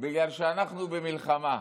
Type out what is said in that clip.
בגלל שאנחנו במלחמה.